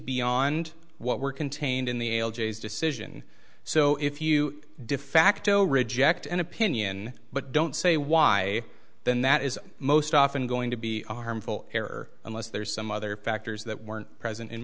beyond what were contained in the decision so if you defacto reject an opinion but don't say why then that is most often going to be harmful error unless there's some other factors that weren't present in